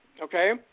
okay